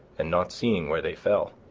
and not seeing where they fell.